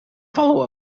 follow